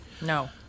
No